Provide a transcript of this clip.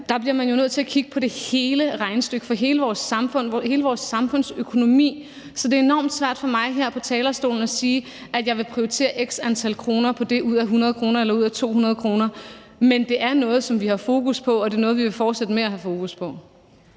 Der bliver man jo nødt til at kigge på hele regnestykket for hele vores samfund og hele vores samfundsøkonomi. Så det er enormt svært for mig her fra talerstolen at sige, at jeg vil prioritere x antal kroner på det ud af 100 kr. eller ud af 200 kr. Men det er noget, som vi har fokus på, og det er noget, som vi vil fortsætte med at have fokus på.